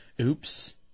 Oops